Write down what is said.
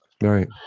Right